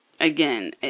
again